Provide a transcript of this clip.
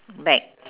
back